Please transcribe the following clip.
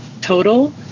total